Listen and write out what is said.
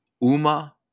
Uma